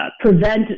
prevent